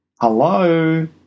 Hello